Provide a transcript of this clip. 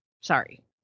Sorry